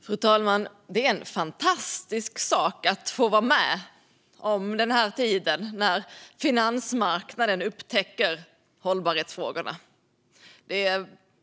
Fru talman! Det är en fantastisk sak att få vara med om den här tiden när finansmarknaden upptäcker hållbarhetsfrågorna.